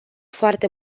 foarte